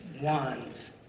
ones